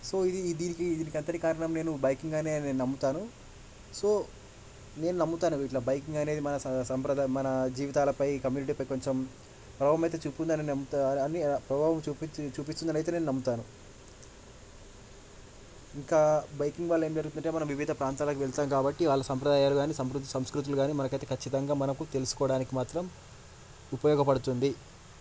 so ఇది దీనికి వీటంతటికి కారణం నేను బైకింగ్ అనే నేను నమ్ముతాను సో నేను నమ్ముతాను ఇట్ల బైకింగ్ అనేది మన స సంప్రదాయం మన జీవితాలపై కమ్యూనిటీపై కొంచెం ప్రభావం అయితే చూపుతుందని ప్రభావం చూపించి చూపించిందని నేను నమ్ముతాను ఇంకా బైకింగ్ వల్ల ఏం జరుగుతుందంటే మనం వివిధ ప్రాంతాలకు వెళ్తాం కాబట్టి వాళ్ళ సాంప్రదాయాలు గానీ సం సంస్కృతులు గానీ మనకైతే ఖచ్చితంగా మనం తెలుసుకోవడానికి మాత్రం ఉపయోగపడుతుంది